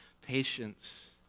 patience